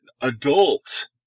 adults